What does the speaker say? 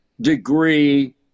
degree